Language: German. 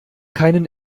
keinen